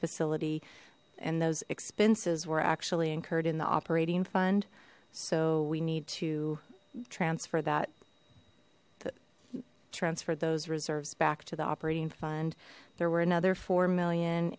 facility and those expenses were actually incurred in the operating fund so we need to transfer that that transferred those reserves back to the operating fund the were another four million